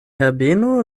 herbeno